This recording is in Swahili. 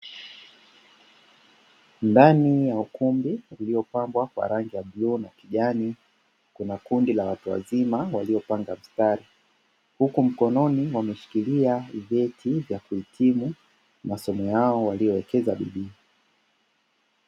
Ndani ya ukumbi uliopambwa kwa rangi ya bluu na kijani, kuna kundi la watu wazima waliopanga mstari huku mkononi wameshikilia vyeti vya kuhitimu masomo yao waliowekeza bidii.